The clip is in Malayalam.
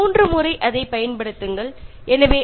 അത് മൂന്ന് തവണയെങ്കിലും ഉപയോഗിച്ചു നോക്കുക